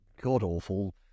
god-awful